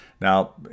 Now